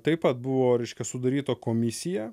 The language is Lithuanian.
taip pat buvo reiškia sudaryta komisija